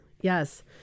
yes